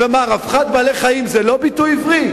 מה, "רווחת בעלי-החיים" זה לא ביטוי עברי?